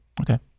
Okay